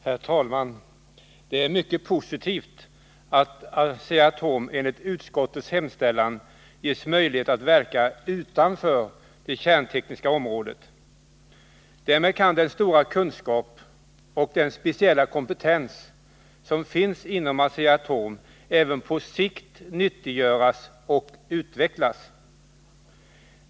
Herr talman! Det är mycket positivt att Asea-Atom nu enligt utskottets hemställan ges möjlighet att verka utanför det kärntekniska området. Därmed kan den stora kunskap och den speciella kompetens som finns inom Asea-Atom även på sikt nyttiggöras och utvecklas.